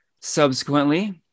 subsequently